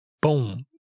boom